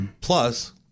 Plus